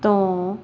ਤੋਂ